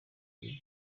gihugu